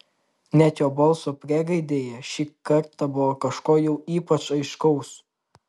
net jo balso priegaidėje šį kartą buvo kažko jau ypač aiškaus